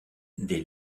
dès